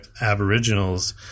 Aboriginals